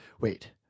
wait